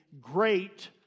great